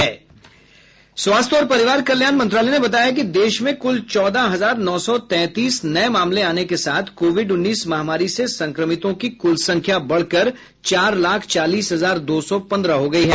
स्वास्थ्य और परिवार कल्याण मंत्रालय ने बताया है कि देश में कुल चौदह हजार नौ सौ तैंतीस नये मामले आने के साथ कोविड उन्नीस महामारी से संक्रमितों की कुल संख्या बढ़कर चार लाख चालीस हजार दो सौ पन्द्रह हो गई है